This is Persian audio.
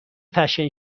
فشن